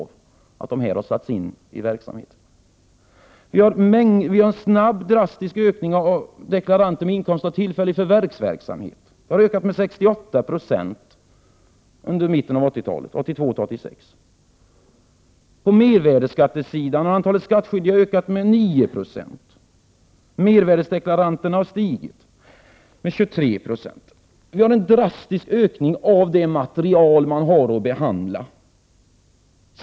Vi har en drastisk ökning av antalet deklaranter med inkomster av tillfällig förvärvsverksamhet. Det har ökat med 68 96 under år 1982-1986. På mervärdeskattesidan har antalet skattskyldiga ökat med 9 20. Mervärdeskattedeklaranterna har stigit i antal med 23 90. Vi har en drastisk ökning av det material som skatteförvaltningarna skall behandla.